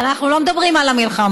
ואנחנו לא מדברים על המלחמה.